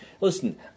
listen